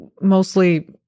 mostly